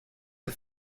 der